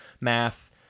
math